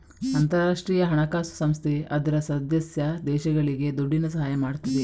ಅಂತಾರಾಷ್ಟ್ರೀಯ ಹಣಕಾಸು ಸಂಸ್ಥೆ ಅದ್ರ ಸದಸ್ಯ ದೇಶಗಳಿಗೆ ದುಡ್ಡಿನ ಸಹಾಯ ಮಾಡ್ತದೆ